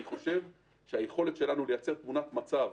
אני חושב שהיכולת שלנו לייצר תמונת מצב